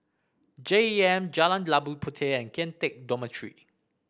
J E M Jalan Labu Puteh and Kian Teck Dormitory